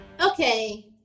Okay